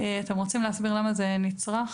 אתם רוצים להסביר למה זה נצרך?